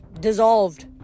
dissolved